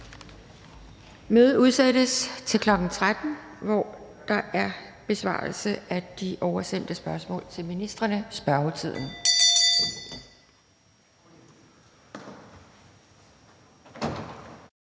Mødet udsættes til kl. 13.00, hvor der er besvarelse af oversendte spørgsmål til ministrene. Mødet er